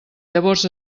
llavors